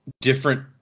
different